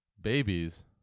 Babies